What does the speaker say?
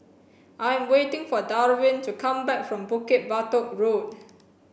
I am waiting for Darwyn to come back from Bukit Batok Road